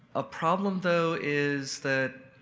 a problem, though, is that.